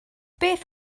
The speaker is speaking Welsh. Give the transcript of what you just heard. beth